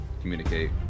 communicate